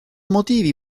motivi